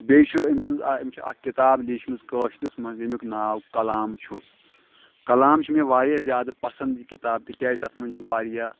بیٚیہِ چھُ أمہِ سٕنٛز اَ أمۍ چھِ اَکھ کِتاب لیٖچھمٕژ کٲشرِس منٛز ییٚمیُک ناو کَلام چھُ کَلام چھِ مےٚ واریاہ زیادٕ پَسَنٛد یہِ کِتاب تِکیٛازِ تَتھ منٛز چھُ واریاہ